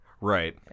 Right